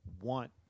want